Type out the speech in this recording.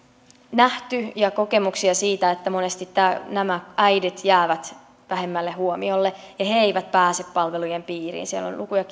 nähty ja kokemuksia siitä että monesti nämä äidit jäävät vähemmälle huomiolle ja he eivät pääse palvelujen piiriin siellä on luku ja